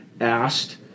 asked